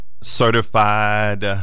certified